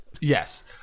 Yes